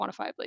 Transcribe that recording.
quantifiably